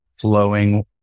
flowing